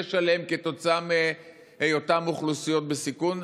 שיש עליהם כתוצאה מהיותם אוכלוסיות בסיכון,